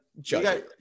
judge